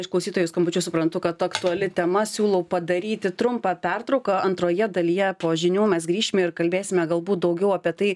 iš klausytojų skambučių suprantu kad aktuali tema siūlau padaryti trumpą pertrauką antroje dalyje po žinių mes grįšim ir kalbėsime galbūt daugiau apie tai